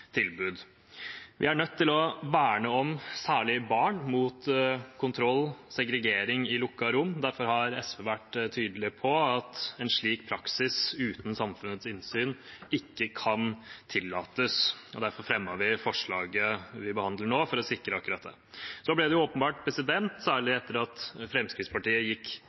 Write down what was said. Vi er nødt til å verne særlig barn mot kontroll og segregering i lukkede rom. Derfor har SV vært tydelig på at en slik praksis uten samfunnets innsyn ikke kan tillates, og derfor fremmet vi forslaget vi behandler nå for å sikre akkurat det. Så ble det åpenbart, særlig etter at Fremskrittspartiet gikk